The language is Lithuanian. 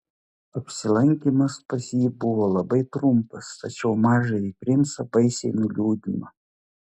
apsilankymas pas jį buvo labai trumpas tačiau mažąjį princą baisiai nuliūdino